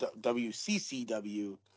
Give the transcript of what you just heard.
WCCW